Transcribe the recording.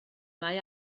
mae